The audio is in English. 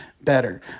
better